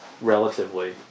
relatively